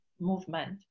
movement